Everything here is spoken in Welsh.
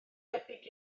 debyg